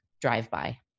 drive-by